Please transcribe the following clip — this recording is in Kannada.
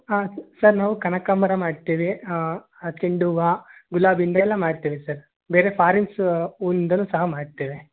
ಹಾಂ ಸ ಸರ್ ನಾವು ಕನಕಾಂಬರ ಮಾಡ್ತೇವೆ ಚೆಂಡು ಹೂವ ಗುಲಾಬಿಯಿಂದೆಲ್ಲ ಮಾಡ್ತೇವೆ ಸರ್ ಬೇರೆ ಫಾರಿನ್ಸ್ ಹೂವಿಂದಲೂ ಸಹ ಮಾಡ್ತೇವೆ